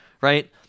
right